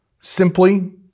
simply